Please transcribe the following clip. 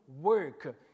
work